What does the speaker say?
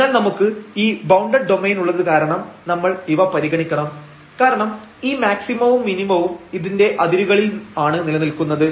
അതിനാൽ നമുക്ക് ഈ ബൌണ്ടഡ് ഡോമെയിൻ ഉള്ളത് കാരണം നമ്മൾ ഇവ പരിഗണിക്കണം കാരണം ഈ മാക്സിമവും മിനിമവും ഇതിന്റെ അതിരുകളിൽ ആണ് നിലനിൽക്കുന്നത്